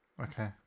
Okay